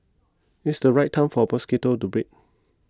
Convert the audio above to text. it's the right time for mosquitoes to breed